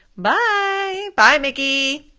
bye! bye mickey.